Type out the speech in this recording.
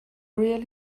really